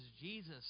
Jesus